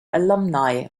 alumni